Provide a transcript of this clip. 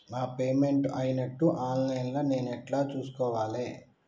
నా పేమెంట్ అయినట్టు online లా నేను ఎట్ల చూస్కోవాలే?